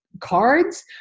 cards